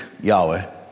Yahweh